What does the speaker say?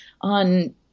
on